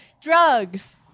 Drugs